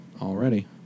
Already